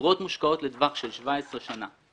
האגרות מושקעות לטווח של 17 שנה.